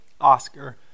Oscar